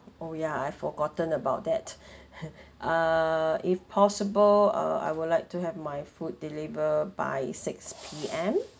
oh ya I forgotten about that err if possible uh I would like to have my food deliver by six P_M